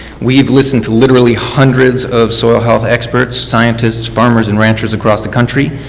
we have listened to literally hundreds of soil health scientist farmers and ranchers across the country.